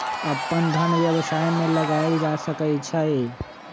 अप्पन धन व्यवसाय में लगायल जा सकइ छइ